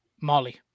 Molly